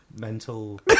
mental